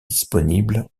disponible